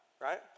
right